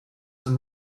and